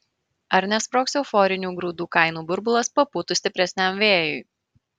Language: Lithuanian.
ar nesprogs euforinių grūdų kainų burbulas papūtus stipresniam vėjui